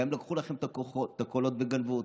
גם אם לקחו לכם את הקולות וגנבו אתכם.